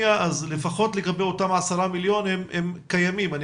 לפחות לגבי אותם 10 מיליון שקיימים אני